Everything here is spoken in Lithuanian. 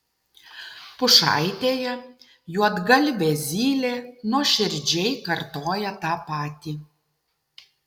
pušaitėje juodgalvė zylė nuoširdžiai kartoja tą patį